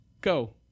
Go